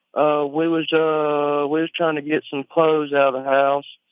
ah we was ah was trying to get some clothes out of the house.